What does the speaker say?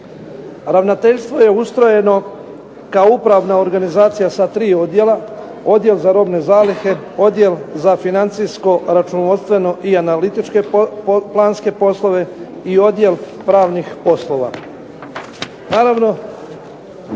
Ravnateljstvo je ustrojeno kao upravna organizacija sa tri odjela: Odjel za robne zalihe, Odjel za financijsko-računovodstveno i analitičke planske poslove i Odjel pravnih poslova.